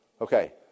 Okay